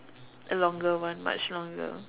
longer one much longer